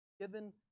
Given